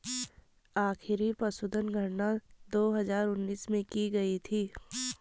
आखिरी पशुधन गणना दो हजार उन्नीस में की गयी थी